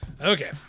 Okay